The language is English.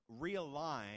realign